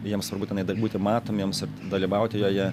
jiems svarbu tenai būti matomiems ir dalyvauti joje